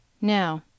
Now